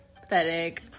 Pathetic